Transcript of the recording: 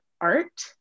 art